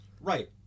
right